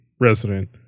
resident